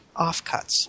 offcuts